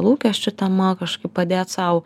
lūkesčių tema kažkaip padėt sau